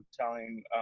telling